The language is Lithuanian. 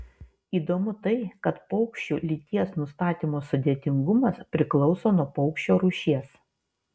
įdomu tai kad paukščių lyties nustatymo sudėtingumas priklauso nuo paukščio rūšies